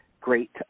great